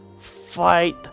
fight